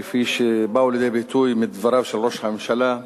כפי שבאו לידי ביטוי בדבריו של ראש הממשלה,